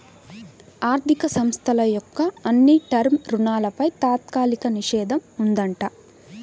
ఆర్ధిక సంస్థల యొక్క అన్ని టర్మ్ రుణాలపై తాత్కాలిక నిషేధం ఉందంట